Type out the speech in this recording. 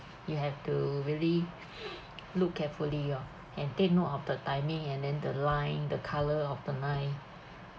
you have to really look carefully oh and take note of the timing and then the line the colour of the line